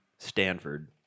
Stanford